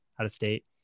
out-of-state